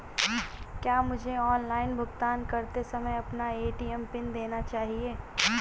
क्या मुझे ऑनलाइन भुगतान करते समय अपना ए.टी.एम पिन देना चाहिए?